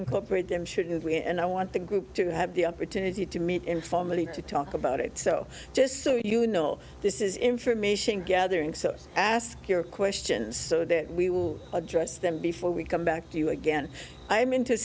incorporate them shouldn't we and i want the group to have the opportunity to meet informally to talk about it so just so you know this is information gathering so i ask your questions so that we will address them before we come back to you again i